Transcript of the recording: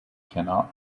cannot